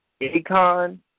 Akon